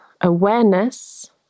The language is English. awareness